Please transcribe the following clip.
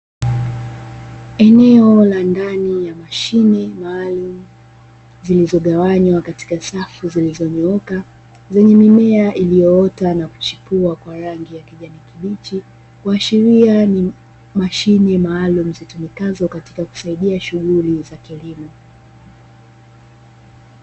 Eneo la ndani ya mashine maalum zilizogawanywa katika safu zilizonyoka zenye mimea iliyoota na kuchipua kwa rangi ya kijani kibichi, kuashiria ni mashine maalumu zitumikazo katika kusaidia shughuli za kilimo.